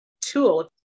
tool